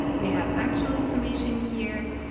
we have actual information here,